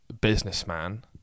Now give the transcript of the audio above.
businessman